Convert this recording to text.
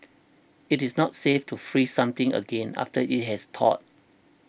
it is not safe to freeze something again after it has thawed